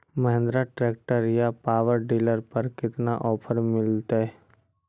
Mahindra tractor या power dealer पर कितना ओफर मीलेतय?